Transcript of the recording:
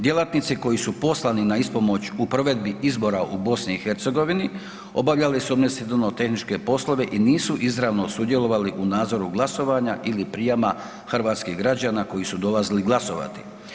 Djelatnici koji su poslani na ispomoć u provedbi izbora u BiH obavljali su administrativno-tehničke poslove i nisu izravno sudjelovali u nadzoru glasovanja ili prijama hrvatskih građana koji su dolazili glasovati.